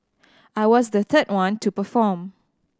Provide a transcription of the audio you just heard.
I was the third one to perform